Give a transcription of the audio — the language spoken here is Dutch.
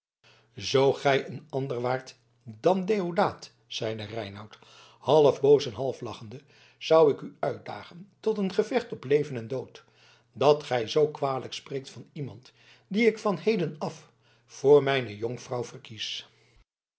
zoo gij een ander waart dan deodaat zeide reinout half boos en half lachende zou ik u uitdagen tot een gevecht op leven en dood dat gij zoo kwalijk spreekt van iemand die ik van heden af voor mijne jonkvrouw verkies